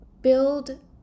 build